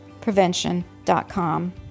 prevention.com